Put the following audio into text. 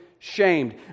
Shamed